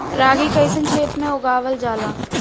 रागी कइसन क्षेत्र में उगावल जला?